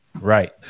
Right